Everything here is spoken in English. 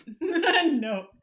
No